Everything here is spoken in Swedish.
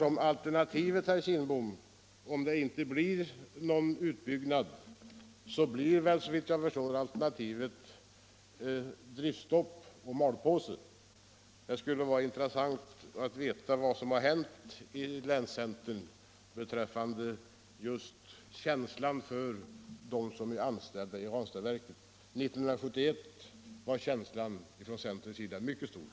Om det inte blir någon utbyggnad, herr Kindbom, blir alternativet såvitt jag förstår driftstopp och malpåse. Det skulle vara intressant att få veta vad som hänt inom länscentern när det gäller just känslan för de anställda vid Ranstadsverket. 1971 var känslan från centerns sida mycket stark.